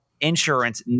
insurance